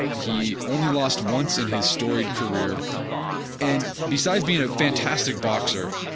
he only lost once in his storied career and besides being a fantastic boxer,